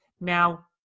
Now